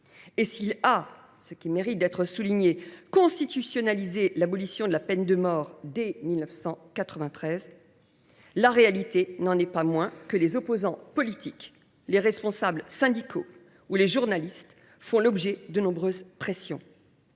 et s’il a – cela mérite d’être souligné – constitutionnalisé l’abolition de la peine de mort dès 1993, la réalité n’en est pas moins que les opposants politiques, les responsables syndicaux ou les journalistes font l’objet de nombreuses pressions,